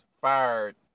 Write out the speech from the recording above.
fired